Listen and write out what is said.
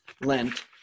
Lent